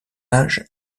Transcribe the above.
âge